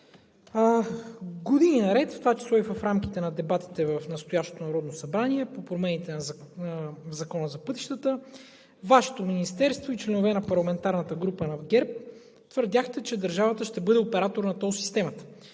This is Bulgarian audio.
Години наред, в това число и в рамките на дебатите в настоящото Народно събрание по промените на Закона за пътищата, Вашето Министерство и членове на парламентарната група на ГЕРБ твърдяхте, че държавата ще бъде оператор на тол системата.